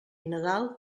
nadal